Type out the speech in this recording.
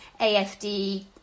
AFD